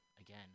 Again